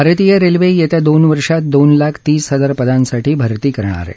भारतीय रेल्वे येत्या दोन वर्षात दोन लाख तीस हजार पदांसाठी भरती करणार आहे